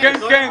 כן, כן.